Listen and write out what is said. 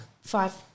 five